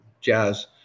jazz